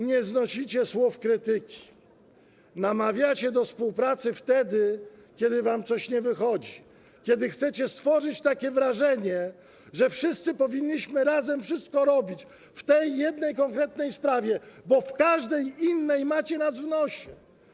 Nie znosicie słów krytyki, namawiacie do współpracy wtedy, kiedy wam coś nie wychodzi, kiedy chcecie stworzyć takie wrażenie, że wszyscy powinniśmy razem wszystko robić - w tej jednej konkretnej sprawie, bo w każdej innej macie nas w nosie.